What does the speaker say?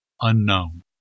unknown